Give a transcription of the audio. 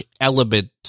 element